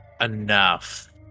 enough